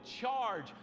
charge